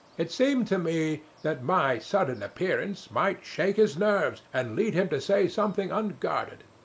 it seemed to me that my sudden appearance might shake his nerves and lead him to say something unguarded.